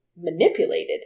manipulated